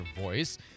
voice